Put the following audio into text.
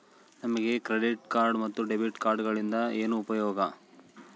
ನಮಗೆ credit card ಮತ್ತು debit ಕಾರ್ಡುಗಳಿಂದ ಏನು ಉಪಯೋಗ?